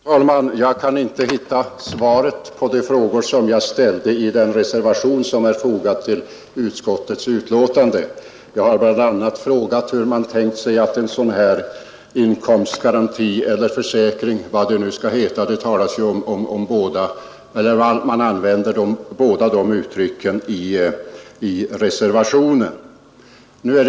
Fru talman! Jag kan inte hitta svaren på de frågor, som jag ställde, i den reservation som är fogad till utskottets betänkande. Jag har bl.a. frågat hur man tänkt sig att en sådan här inkomstgaranti eller försäkring — vad det nu skall heta, man använder ju båda uttrycken i reservationen — skall finansieras.